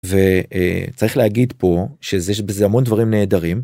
וצריך להגיד פה שזה המון דברים נהדרים.